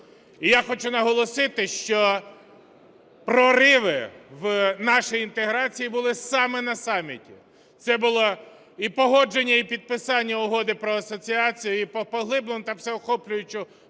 І я хочу наголосити, що прориви в нашій інтеграції були саме на саміті. Це було і погодження, і підписання Угоди про асоціацію і про поглиблену та всеохоплюючу